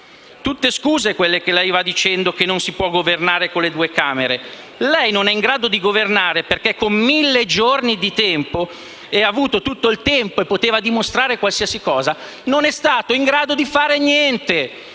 tutte scuse quelle che lei va dicendo, affermando che non si può governare con due Camere: lei non è in grado di governare. Infatti, con mille giorni ha avuto tutto il tempo e poteva dimostrare qualsiasi cosa, invece non è stato in grado di fare niente: